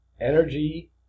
Energy